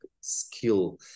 skill